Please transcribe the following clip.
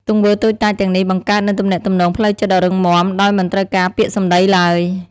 ទង្វើតូចតាចទាំងនេះបង្កើតនូវទំនាក់ទំនងផ្លូវចិត្តដ៏រឹងមាំ ដោយមិនត្រូវការពាក្យសម្ដីឡើយ។